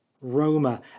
Roma